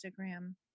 Instagram